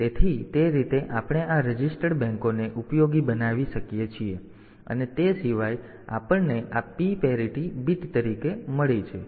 તેથી તે રીતે આપણે આ રજીસ્ટર્ડ બેંકોને ઉપયોગી બનાવી શકીએ અને તે સિવાય આપણને આ P પેરિટી બીટ તરીકે મળી છે